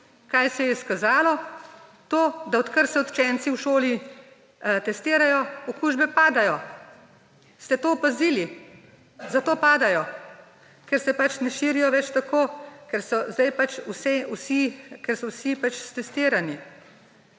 Kaj se je izkazalo? To, da odkar se učenci v šoli testirajo, okužbe padajo. Ste to opazili? Zato padajo, ker se ne širijo več tako, ker so zdaj pač vsi stestirani.